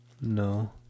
No